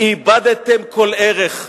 איבדתם כל ערך.